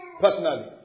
Personally